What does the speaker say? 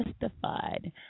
justified